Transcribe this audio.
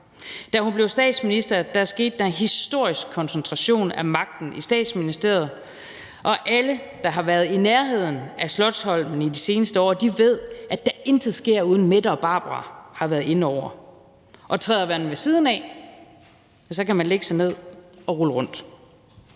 Da hun blev statsminister, skete der en historisk koncentration af magten i Statsministeriet, og alle, der har været i nærheden af Slotsholmen i de seneste år, ved, at der intet sker, uden at Mette og Barbara har været inde over. Og træder man ved siden af, kan man lægge sig ned og rulle rundt.